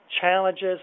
challenges